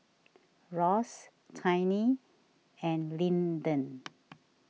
Ross Tiny and Linden